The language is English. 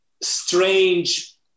strange